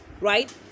right